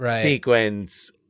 sequence